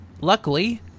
luckily